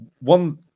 one